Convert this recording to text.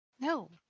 No